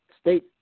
state